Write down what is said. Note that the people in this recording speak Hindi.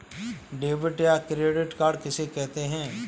डेबिट या क्रेडिट कार्ड किसे कहते हैं?